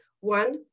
one